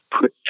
put